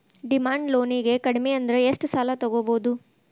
Demand ಲೊನಿಗೆ ಕಡ್ಮಿಅಂದ್ರ ಎಷ್ಟ್ ಸಾಲಾ ತಗೊಬೊದು?